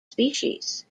species